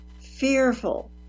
fearful